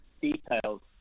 details